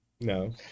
No